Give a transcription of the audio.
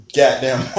goddamn